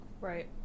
Right